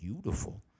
beautiful